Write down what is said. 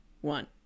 one